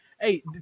hey